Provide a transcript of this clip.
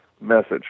message